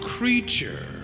creature